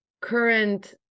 current